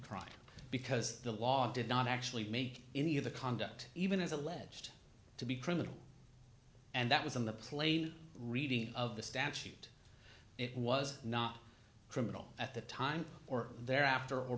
crime because the law did not actually make any of the conduct even as alleged to be criminal and that was on the plane reading of the statute it was not criminal at the time or there after or